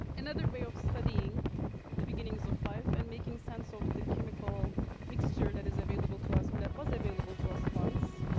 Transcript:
another way of studying the beginnings of life and making sense of the chemical mixture that is available to us or that was available to us once,